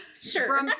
sure